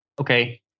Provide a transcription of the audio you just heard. Okay